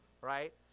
right